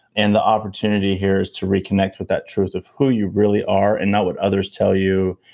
and the opportunity here is to reconnect with that truth of who you really are and not what others tell you,